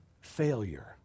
Failure